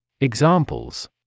Examples